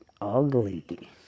ugly